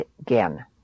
again